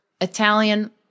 Italian